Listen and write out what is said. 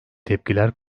tepkiler